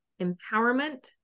empowerment